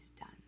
done